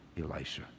Elisha